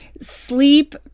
sleep